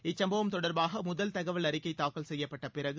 இச்சும்பவம் தொடர்பாக முதல் தகவல் அறிக்கை தாக்கல் செய்யப்பட்ட பிறகு